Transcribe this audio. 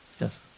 Yes